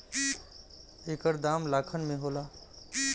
एकर दाम लाखन में होला